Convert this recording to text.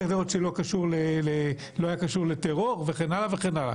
צריך לראות שהאם לא היה קשור לטרור וכן הלאה.